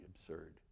absurd